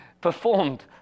performed